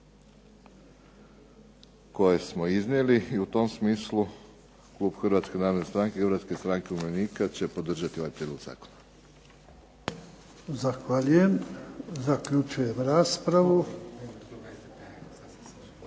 koje smo iznijeli i u tom smislu klub Hrvatske narodne stranke i Hrvatske stranke umirovljenika će podržati ovaj prijedlog zakona. **Jarnjak, Ivan (HDZ)** Zahvaljujem. Zaključujem raspravu.